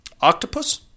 octopus